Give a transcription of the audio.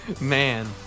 Man